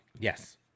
Yes